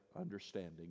understanding